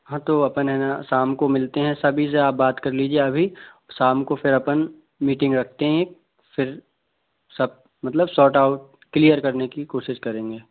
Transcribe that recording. हाँ तो अपन है ना शाम को मिलते हैं सभी से आप बात कर लीजिए अभी शाम को फिर अपन मीटिंग रखते हैं फिर सब मतलब सॉर्ट आउट क्लियर करने की कोशिश करेंगे